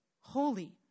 holy